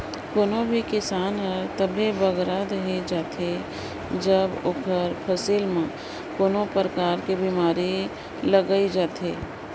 कोनो भी किसान हर तबे बगरा हदेर जाथे जब ओकर फसिल में कोनो परकार कर बेमारी लइग जाथे